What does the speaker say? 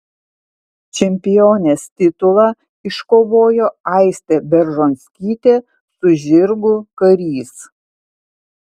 čempionės titulą iškovojo aistė beržonskytė su žirgu karys